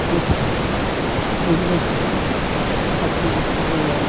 इस बिजनेस बहुत ही अच्छा है यह